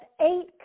eight